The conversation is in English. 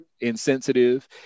insensitive